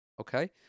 Okay